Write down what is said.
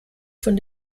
von